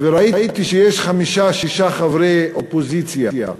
וראיתי שיש חמישה-שישה חברי אופוזיציה מתמידים,